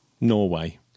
Norway